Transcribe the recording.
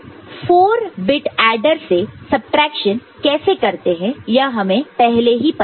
4 bit adder से subtraction कैसे करते हैं यह हमें पहले ही पता है